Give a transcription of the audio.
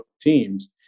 teams